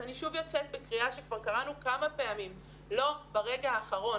אני שוב יוצאת בקריאה שכבר קראנו פעמים: לא ברגע האחרון.